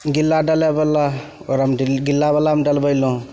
गिला डालऽवला ओकरामे गिला डलबयलहुँ